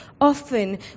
Often